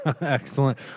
Excellent